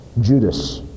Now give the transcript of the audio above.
Judas